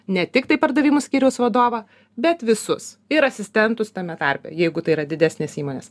ne tik tai pardavimų skyriaus vadovą bet visus ir asistentus tame tarpe jeigu tai yra didesnės įmonės